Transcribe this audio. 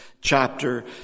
chapter